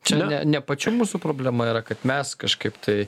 čia ne ne pačių mūsų problema yra kad mes kažkaip tai